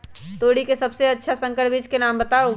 तोरी के सबसे अच्छा संकर बीज के नाम बताऊ?